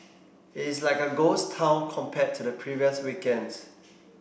it is like a ghost town compared to the previous weekends